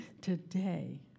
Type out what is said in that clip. today